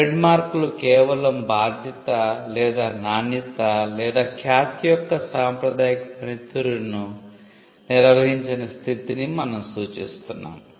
ట్రేడ్మార్క్లు కేవలం బాధ్యత లేదా నాణ్యత లేదా ఖ్యాతి యొక్క సాంప్రదాయక పనితీరును నిర్వహించని స్థితిని మనం సూచిస్తున్నాము